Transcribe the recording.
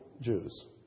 Jews